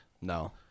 No